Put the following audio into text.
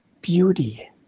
beauty